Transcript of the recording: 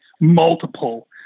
multiple